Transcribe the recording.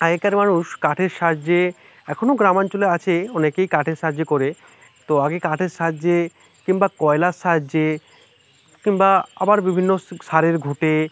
আগেকার মানুষ কাঠের সাহায্যে এখনো গ্রাম অঞ্চলে আছে অনেকেই কাঠের সাহায্যে করে তো আগে কাঠের সাহায্যে কিম্বা কয়লার সাহায্যে কিম্বা আবার বিভিন্ন সারের ঘুঁটে